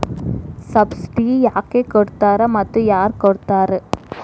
Subsidy ಯಾಕೆ ಕೊಡ್ತಾರ ಮತ್ತು ಯಾರ್ ಕೊಡ್ತಾರ್?